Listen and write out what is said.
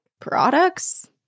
products –